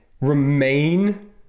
remain